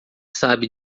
sabe